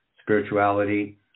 spirituality